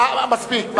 מספיק.